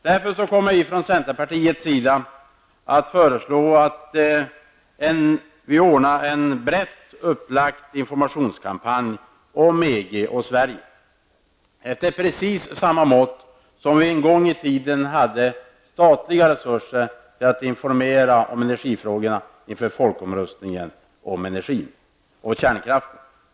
Därför kommer centerpartiet att föreslå att vi anordnar en brett upplagd informationskampanj om EG och Sverige, efter precis samma mönster som vi en gång i tiden hade statliga resurser till att informera om energifrågorna inför folkomröstningen om kärnkraften.